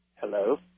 Hello